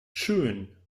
schön